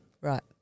Right